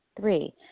Three